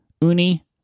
Uni